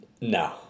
No